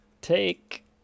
Take